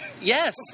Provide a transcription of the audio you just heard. Yes